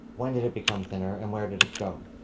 when did it become thinner and where did it go?